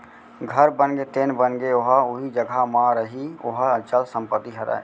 घर बनगे तेन बनगे ओहा उही जघा म रइही ओहा अंचल संपत्ति हरय